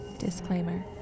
Disclaimer